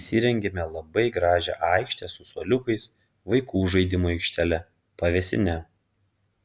įsirengėme labai gražią aikštę su suoliukais vaikų žaidimų aikštele pavėsine